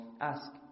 Ask